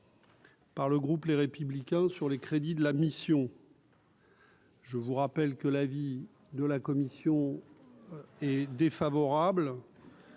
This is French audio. Par le groupe, les républicains sur les crédits de la mission. Je vous rappelle que l'avis de la commission est défavorable.